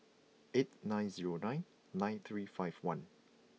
eight nine zero nine nine three five one